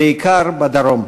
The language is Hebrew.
בעיקר בדרום.